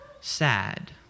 sad